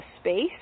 space